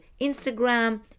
Instagram